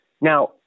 Now